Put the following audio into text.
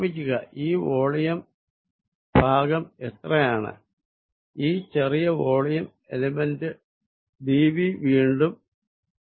ഓർമിക്കുക ഈ വോളിയം ഭാഗം എത്രയാണ് ഈ ചെറിയ വോളിയം എലമെന്റ് dv വീണ്ടും വളരെ ചെറിയ a ആണ്